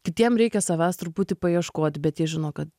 kitiem reikia savęs truputį paieškot bet jie žino kad